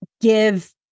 give